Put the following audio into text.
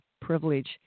privilege